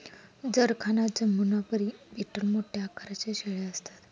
जरखाना जमुनापरी बीटल मोठ्या आकाराच्या शेळ्या असतात